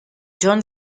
john